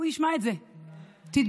הוא ישמע את זה, תתבייש.